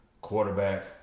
quarterback